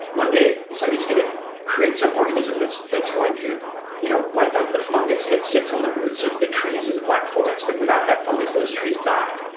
one day somebody's gonna create some organism that's that's going to you know wipe out the fungus that sits on the roots of the trees in the black forest, and without that fungus, those trees die.